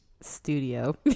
studio